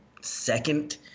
second